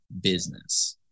business